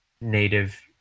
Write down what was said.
native